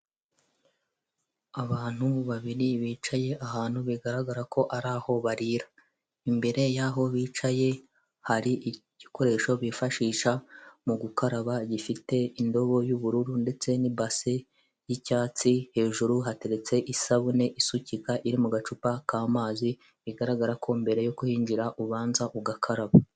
Abantu babiri bicaye ahantu bigaragara ko ari aho barira, imbere y'aho bicaye hari ibikoresho bifashisha mu gukaraba gifite indobo y'ubururu ndetse n'ibasi y'icyatsi hejuru hateretse isabune isukika iri mu gacupa k'amazi bigaragara ko mbere yo khinjira ubanza ugakaraba.